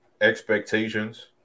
expectations